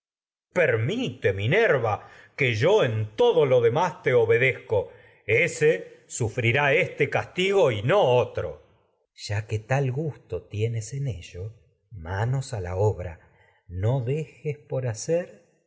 permite minerva ese sufrirá este que yo en todo lo demás otro te obedezco castigo y no minerva ya la que por tal gusto tienes en ello manos a obra no dejes hacer